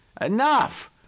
Enough